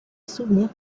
souvenir